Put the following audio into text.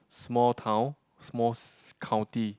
small town small s~ county